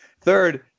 Third